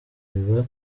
biba